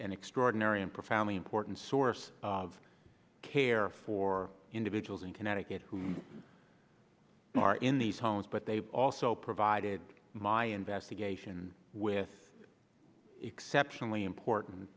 an extraordinary and profoundly important source of care for individuals in connecticut who are in these homes but they also provided my investigation with exceptionally important